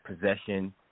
possession